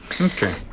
Okay